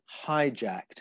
hijacked